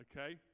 okay